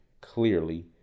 clearly